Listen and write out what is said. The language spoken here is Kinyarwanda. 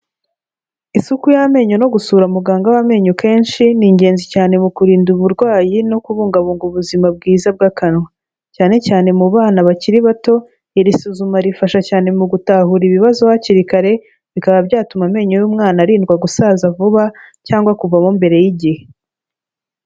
Isuku y'amenyo no gusura muganga w'amenyo kenshi, ni ingenzi cyane mu kurinda uburwayi no kubungabunga ubuzima bwiza bw'akanwa, cyane cyane mu bana bakiri bato, iri suzuma rifasha cyane mu gutahura ibibazo hakiri kare bikaba byatuma amenyo y'umwana arindwa gusaza vuba cyangwa kuvamo mbere y'igihe.